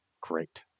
great